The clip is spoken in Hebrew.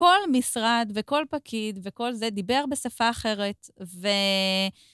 כל משרד וכל פקיד וכל זה דיבר בשפה אחרת ו...